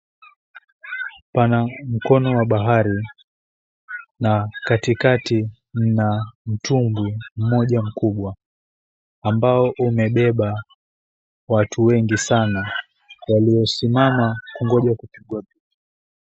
Pana mkono wa bahari na katikati mna mtumbwi mmoja mkubwa, ambao umebeba watu wengi sana waliosimama kungoja kupigwa picha.